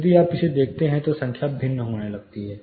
यदि आप इसे देखते हैं तो संख्या भिन्न होने लगती है